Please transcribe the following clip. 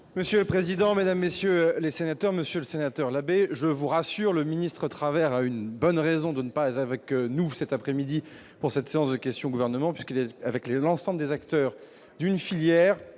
Monsieur le président, Mesdames, messieurs les sénateurs, Monsieur le Sénateur la je vous rassure le ministre à travers une bonne raison de ne pas avec nous cet après-midi pour cette séance de questions gouvernement puisqu'il est, avec l'ensemble des acteurs d'une filière